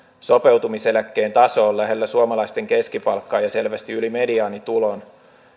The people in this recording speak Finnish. sopeutumiseläkkeen taso on lähellä suomalaisten keskipalkkaa ja selvästi yli mediaanitulon